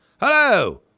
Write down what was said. hello